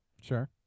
Sure